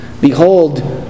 Behold